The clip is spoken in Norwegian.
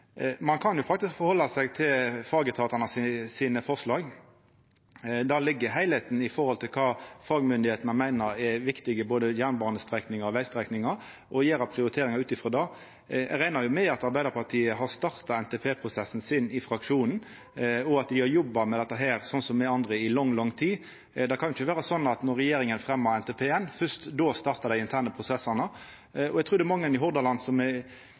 Ein kan faktisk halda seg til forslaga frå fagetatane – der ligg heilskapen, med det som fagmyndigheitene meiner er viktig for både jernbane- og vegstrekningane – og gjera prioriteringar utifrå det. Eg reknar med at Arbeidarpartiet har starta NTP-prosessen sin i fraksjonen, og at dei, som me andre, har jobba med dette i lang tid. Det kan ikkje vera sånn at fyrst når regjeringa fremjar NTP-en, startar dei interne prosessane. Eg trur mange i Hordaland er